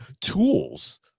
tools